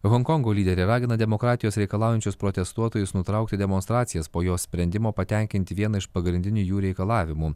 honkongo lyderė ragina demokratijos reikalaujančius protestuotojus nutraukti demonstracijas po jos sprendimo patenkinti vieną iš pagrindinių jų reikalavimų